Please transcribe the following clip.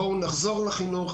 בואו נחזור לחינוך,